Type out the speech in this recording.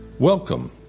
Welcome